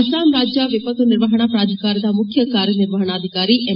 ಅಸ್ಲಾಂ ರಾಜ್ಯ ವಿಪತ್ತು ನಿರ್ವಹಣಾ ಪ್ರಾಧಿಕಾರದ ಮುಖ್ಯ ಕಾರ್ಯನಿರ್ವಹಣಾಧಿಕಾರಿ ಎಂ